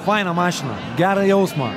fainą mašiną gerą jausmą